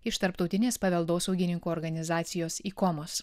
iš tarptautinės paveldosaugininkų organizacijos ikomos